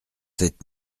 sept